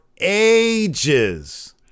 ages